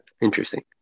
Interesting